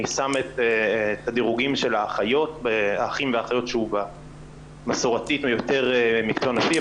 אני שם את הדירוגים של האחים והאחיות שהוא מסורתית יותר מקצוע נשי,